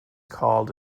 called